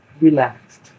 Relaxed